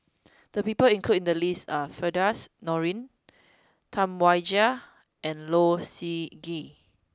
the people included in the list are Firdaus Nordin Tam Wai Jia and Low Siew Nghee